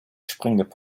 springende